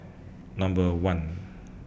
Number one